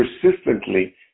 persistently